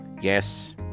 Yes